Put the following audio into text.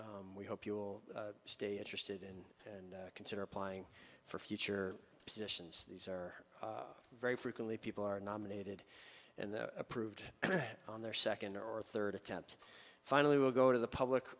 sorry we hope you'll stay interested in and consider applying for future positions these are very frequently people are nominated and approved on their second or third attempt finally will go to the public